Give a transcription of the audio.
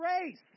race